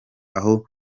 aho